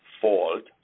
fault